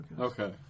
Okay